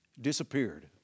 disappeared